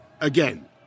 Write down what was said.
again